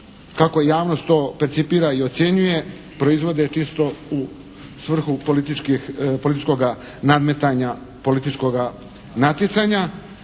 kako javnost to percipira i ocjenjuje proizvode čisto u svrhu političkoga nadmetanja, političkoga natjecanja